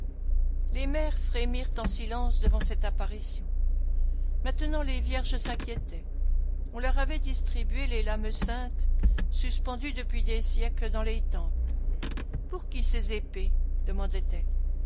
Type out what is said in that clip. les mères frémirent en silence devant cette apparition maintenant les vierges s'inquiétaient on leur avait distribué les lames saintes suspendues depuis des siècles dans les temples pour qui ces épées